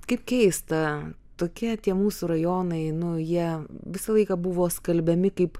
kaip keista tokie tie mūsų rajonai nu jie visą laiką buvo skalbiami kaip